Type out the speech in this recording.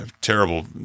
terrible